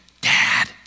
dad